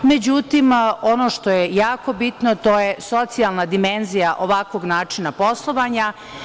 Međutim, ono što je jako bitno, a to je socijalna dimenzija ovakvog načina poslovanja.